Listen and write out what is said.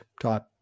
type